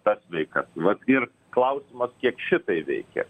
tas veikas vat ir klausimas kiek šitai veikia